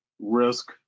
risk